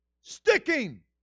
sticking